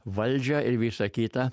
valdžią ir visa kita